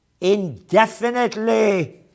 indefinitely